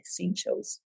essentials